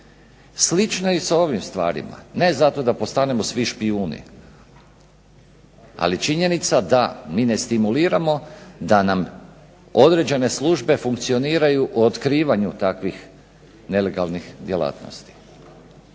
Slično je i sa ovim stvarima, ne zato da postanemo svi špijun, ali je činjenica da mi ne stimuliramo da nam određene službe funkcioniraju u otkrivanju takvih nelegalnih djelatnosti.